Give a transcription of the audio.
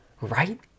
right